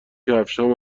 کفشهام